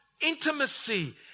intimacy